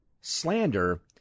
slander